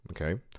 okay